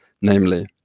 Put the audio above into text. namely